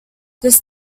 this